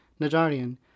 Najarian